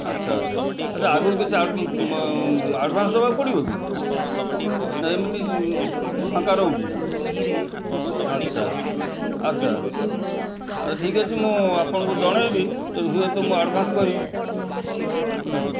ଆଚ୍ଛା ଆଚ୍ଛା ଆଚ୍ଛା ଆଗରୁ କିଛି ଆଡ଼ଭାନ୍ସ୍ ଦେବାକୁ ପଡ଼ିବ କି ନା ଏମିତି ଫାଙ୍କା ରହୁଛି ଆଚ୍ଛା ଆଚ୍ଛା ହଉ ଠିକ୍ ଅଛି ମୁଁ ଆପଣଙ୍କୁ ଜଣାଇବି ଯଦି ହୁଏ ତ ମୁଁ ଆଡ଼ଭାନ୍ସ୍ କରିବି ଉଁ